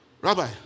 Rabbi